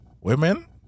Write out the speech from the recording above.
Women